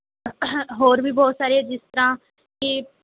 ਹੋਰ ਵੀ ਬਹੁਤ ਸਾਰੇ ਜਿਸ ਤਰ੍ਹਾਂ ਕਿ